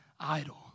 idol